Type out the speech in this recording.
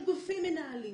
של גופים מנהלים.